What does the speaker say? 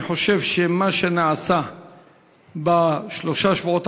אני חושב שמה שנעשה בשלושה שבועות